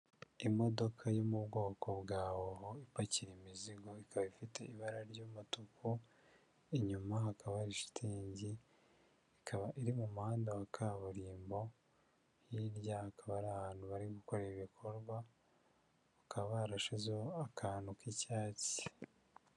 Imodoka yo mu bwoko bwa hoho ipakira imizigo, ikaba ifite ibara ry'umutuku, inyuma hakaba hari shitingi, ikaba iri mu muhanda wa kaburimbo hirya hakaba hari abantu bari gukora ibikorwa bakaba barashyizeho akantu k'icyatsi.